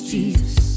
Jesus